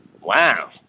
Wow